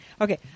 Okay